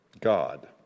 God